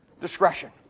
discretion